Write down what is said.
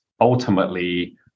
ultimately